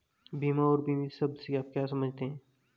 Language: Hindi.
बीमा और बीमित शब्द से आप क्या समझते हैं?